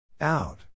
Out